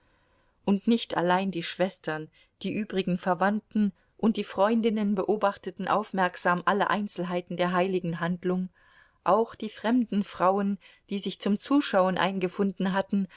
und nicht allein die schwestern die übrigen verwandten und die freundinnen beobachteten aufmerksam alle einzelheiten der heiligen handlung auch die fremden frauen die sich zum zuschauen eingefunden hatten